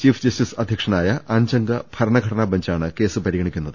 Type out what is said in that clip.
chief justice അധ്യക്ഷനായ അഞ്ചംഗ ഭരണഘടനാബെ ഞ്ചാണ് കേസ് പ്രിഗണിക്കുന്നത്